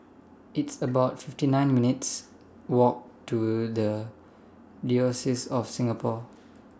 It's about fifty nine minutes' Walk to The Diocese of Singapore